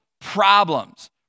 problems